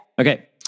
Okay